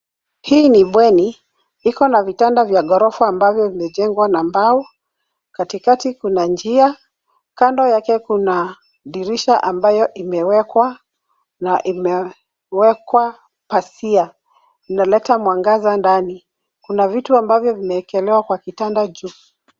Hii ni bweni, iko na vitanda vya gorofa ambavyo vimejengwa na mbao, katikati kuna njia kando yake kuna dirisha ambayo imewekwa na imewekwa pazia. Imeleta mwangaza ndani, kuna vitu ambavyo vimeekelewa kwa kitanda juu.